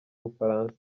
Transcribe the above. bufaransa